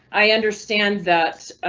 i understand that,